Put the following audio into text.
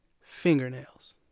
fingernails